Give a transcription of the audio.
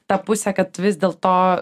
tą pusę kad vis dėlto